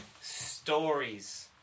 stories